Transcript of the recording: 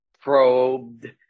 probed